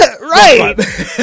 Right